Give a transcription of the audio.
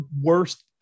worst